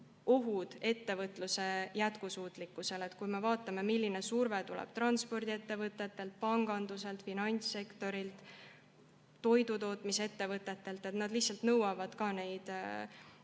oht ettevõtluse jätkusuutlikkusele. Vaatame, milline surve tuleb transpordiettevõtetelt, panganduselt, finantssektorilt ja toidutootmise ettevõtetelt. Nad lihtsalt nõuavad neid